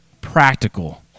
practical